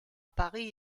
paris